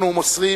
אנחנו מוסרים